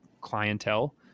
clientele